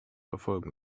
erfolgen